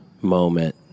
moment